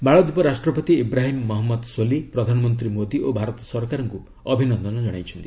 ମାଳଦୀପ ରାଷ୍ଟ୍ରପତି ଇବ୍ରାହିମ୍ ମହମ୍ମଦ ସୋଲିହ୍ ପ୍ରଧାନମନ୍ତ୍ରୀ ମୋଦି ଓ ଭାରତ ସରକାରଙ୍କୁ ଅଭିନନ୍ଦନ କଶାଇଛନ୍ତି